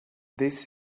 this